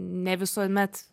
ne visuomet